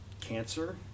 cancer